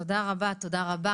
תודה רבה.